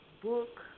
book